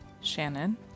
shannon